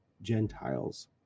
Gentiles